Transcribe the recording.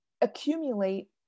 accumulate